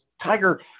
Tiger